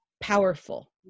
powerful